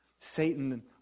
Satan